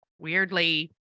weirdly